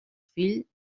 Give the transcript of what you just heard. fill